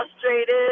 frustrated